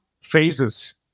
phases